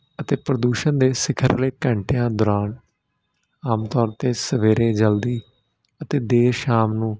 ਅਤੇ ਪ੍ਰਦੂਸ਼ਣ ਦੇ ਸਿਖਰਲੇ ਘੰਟਿਆਂ ਦੌਰਾਨ ਆਮ ਤੌਰ 'ਤੇ ਸਵੇਰੇ ਜਲਦੀ ਅਤੇ ਦੇਰ ਸ਼ਾਮ ਨੂੰ